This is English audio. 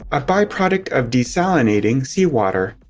a byproduct of desalinating seawater.